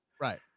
Right